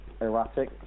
erratic